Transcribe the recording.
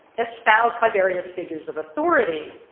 espoused by various figures of authority,